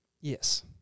Yes